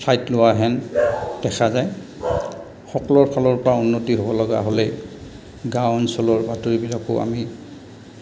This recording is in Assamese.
ঠাইত লোৱাহেন দেখা যায় সকলোৰে ফালৰ পৰা উন্নতি হ'ব লগা হ'লে গাঁও অঞ্চলৰ বাতৰিবিলাকো আমি